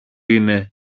είναι